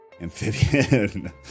Amphibian